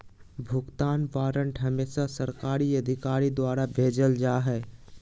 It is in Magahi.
भुगतान वारन्ट हमेसा सरकारी अधिकारी द्वारा भेजल जा हय